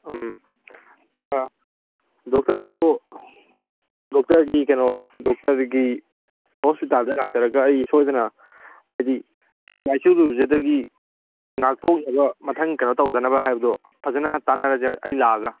ꯎꯝ doctor ꯑꯗꯣ ꯗꯣꯛꯇꯔꯒꯤ ꯀꯩꯅꯣ ꯗꯣꯛꯇꯔꯒꯤ ꯍꯣꯁꯄꯤꯇꯥꯜꯗ ꯂꯥꯛꯆꯔꯒ ꯑꯩ ꯁꯣꯏꯗꯅ ꯍꯥꯏꯗꯤ ꯁꯤ ꯂꯥꯏꯆꯨꯔꯨꯕꯁꯤꯗꯒꯤ ꯉꯥꯛꯊꯣꯛꯅꯕ ꯃꯊꯪ ꯀꯩꯅꯣꯇꯧꯗꯅꯕ ꯍꯥꯏꯕꯗꯣ ꯐꯖꯅ ꯇꯥꯟꯅꯔꯁꯦ ꯑꯩ ꯂꯥꯛꯑꯒ